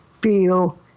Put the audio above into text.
feel